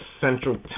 central